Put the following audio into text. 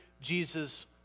Jesus